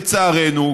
לצערנו,